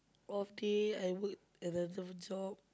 off day I work another job